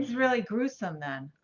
really gruesome then.